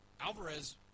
Alvarez